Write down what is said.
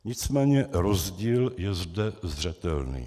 Nicméně rozdíl je zde zřetelný.